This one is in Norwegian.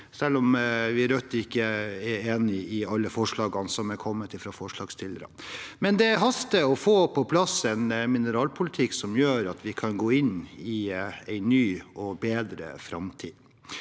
selv om vi i Rødt ikke er enig i alle forslagene som er kommet fra forslagsstillerne. Det haster med å få på plass en mineralpolitikk som gjør at vi kan gå inn i en ny og bedre framtid.